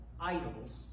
idols